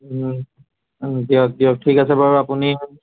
দিয়ক দিয়ক ঠিক আছে বাৰু আপুনি